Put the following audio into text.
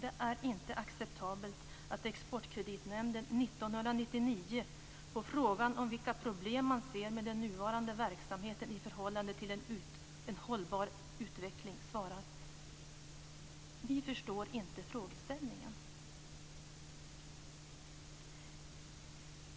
Det är inte acceptabelt att Exportkreditnämnden 1999 på frågan om vilka problem man ser med den nuvarande verksamheten i förhållande till en hållbar utveckling svarar: "Vi förstår inte frågeställningen."